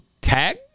tag